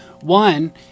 One